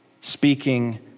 speaking